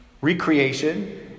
recreation